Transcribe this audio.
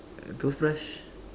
toothbrush